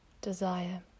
Desire